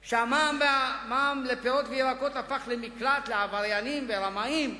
זה שהמע"מ על פירות וירקות הפך למקלט לעבריינים ורמאים.